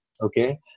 Okay